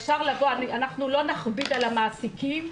אנחנו לא נכביד על המעסיקים,